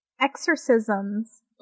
exorcisms